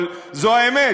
אבל זו האמת,